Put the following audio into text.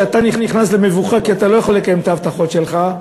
כשאתה נכנס למבוכה כי אתה לא יכול לקיים את ההבטחות שלך,